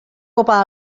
copa